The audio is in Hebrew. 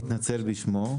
אני מתנצל בשמו.